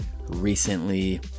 recently